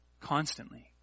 constantly